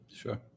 Sure